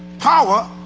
power,